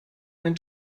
ein